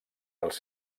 els